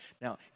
Now